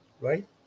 right